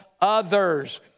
others